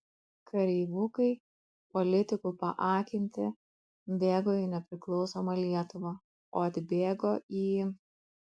kareivukai politikų paakinti bėgo į nepriklausomą lietuvą o atbėgo į